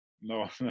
no